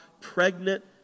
pregnant